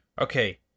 Okay